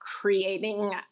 creating